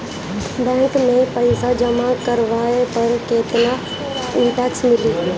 Bank में पईसा जमा करवाये पर केतना इन्टरेस्ट मिली?